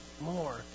more